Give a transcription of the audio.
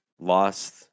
lost